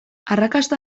arrakasta